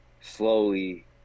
slowly